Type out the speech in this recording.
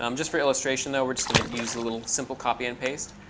um just for illustration, though, we're just going to use a little simple copy and paste